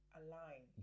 align